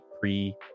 pre